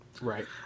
Right